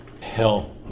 hell